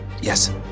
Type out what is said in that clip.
Yes